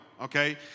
okay